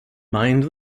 mind